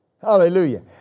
Hallelujah